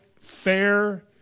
fair